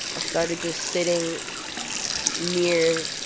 i started just sitting near,